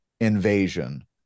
invasion